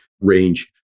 range